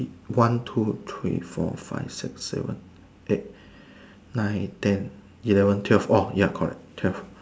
one two three four five six seven eight nine ten eleven twelve orh ya correct twelve